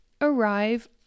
arrive